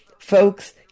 Folks